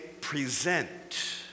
present